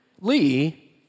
Lee